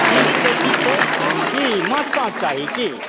ठीक छै ठीक छै की माछ ताछ चाही की